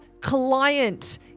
client